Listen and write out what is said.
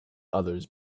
others